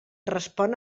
respon